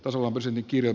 ruohosen kirjan